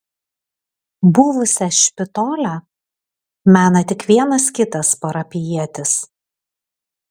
buvusią špitolę mena tik vienas kitas parapijietis